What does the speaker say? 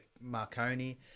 Marconi